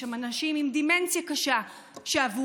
יש שם אנשים עם דמנציה קשה שעבורם,